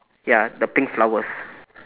ya the pink flowers